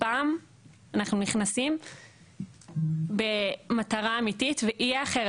הפעם אנחנו נכנסים במטרה אמיתית ויהיה אחרת.